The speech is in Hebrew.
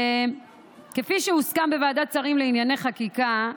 שכפי שהוסכם בוועדת השרים לענייני חקיקה,